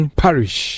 parish